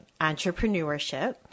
Entrepreneurship